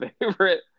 favorite